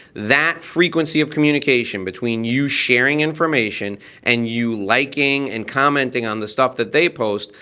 that frequency of communication between you sharing information and you liking and commenting on the stuff that they post,